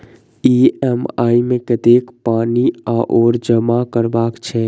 EMI मे कतेक पानि आओर जमा करबाक छैक?